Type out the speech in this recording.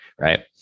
Right